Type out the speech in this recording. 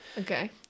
Okay